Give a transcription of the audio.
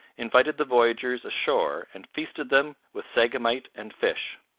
invited the voyagers ashore and feasted them with sagamite and fish.